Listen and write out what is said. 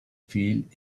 field